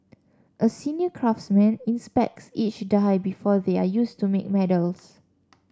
a senior craftsman inspects each die before they are used to make medals